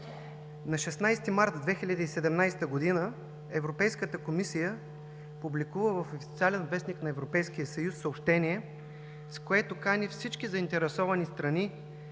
На 16 март 2017 г. Европейската комисия публикува в „Официален вестник“ на Европейския съюз съобщение, с което кани всички заинтересовани страни